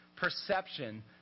perception